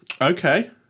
okay